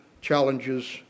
challenges